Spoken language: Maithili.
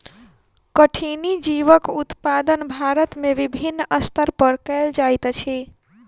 कठिनी जीवक उत्पादन भारत में विभिन्न स्तर पर कयल जाइत अछि